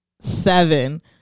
seven